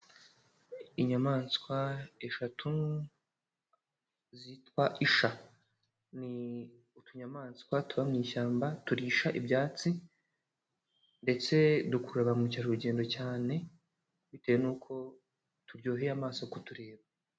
Inyamaswa eshatu zitwa isha. Ni ni utunyamaswa tuba mu ishyamba turisha ibyatsi ndetse dukurura ba mukerarugendo cyane, bitewe n'uko turyoheye amaso kutureba.